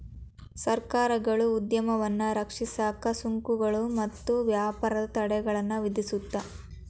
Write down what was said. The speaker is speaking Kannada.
ಸರ್ಕಾರಗಳು ಉದ್ಯಮವನ್ನ ರಕ್ಷಿಸಕ ಸುಂಕಗಳು ಮತ್ತ ವ್ಯಾಪಾರ ತಡೆಗಳನ್ನ ವಿಧಿಸುತ್ತ